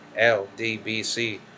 ldbc